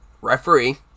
referee